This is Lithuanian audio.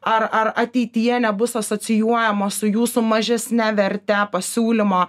ar ar ateityje nebus asocijuojamos su jūsų mažesne verte pasiūlymo